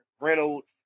Reynolds